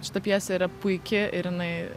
šita pjesė yra puiki ir jinai